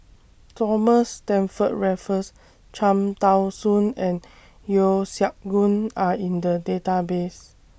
Thomas Stamford Raffles Cham Tao Soon and Yeo Siak Goon Are in The Database